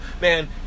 Man